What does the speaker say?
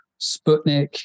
Sputnik